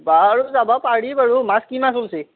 বাৰু যাবা পাৰি বাৰু মাছ কি মাছ অ'লছি